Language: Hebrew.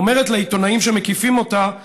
זה מדהים, היא אומרת לעיתונאים שמקיפים אותה: